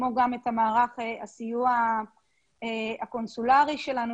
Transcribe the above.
כמו גם את מערך הסיוע הקונסולרי שלנו